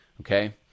Okay